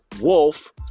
Wolf